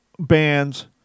bands